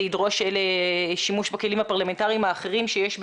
ידרוש שימוש בכלים הפרלמנטרים האחרים שיש בידיי.